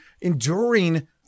enduring